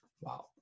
Wow